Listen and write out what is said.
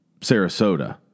Sarasota